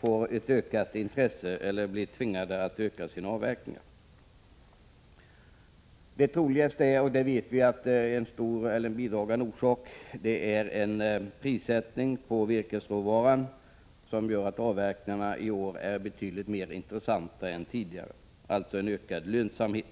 får ett större intresse eller tvingas att öka avverkningarna. En bidragande orsak är priserna på virkesråvaran, vilka gör att avverkningarna i år är betydligt mer intressanta än tidigare. Det blir alltså en större lönsamhet.